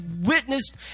witnessed